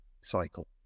cycle